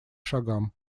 шагам